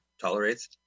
tolerates